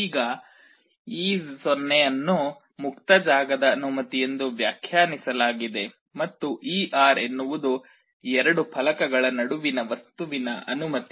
ಈಗ e 0 ಅನ್ನು ಮುಕ್ತ ಜಾಗದ ಅನುಮತಿ ಎಂದು ವ್ಯಾಖ್ಯಾನಿಸಲಾಗಿದೆ ಮತ್ತು e r ಎನ್ನುವುದು ಎರಡು ಫಲಕಗಳ ನಡುವಿನ ವಸ್ತುವಿನ ಅನುಮತಿ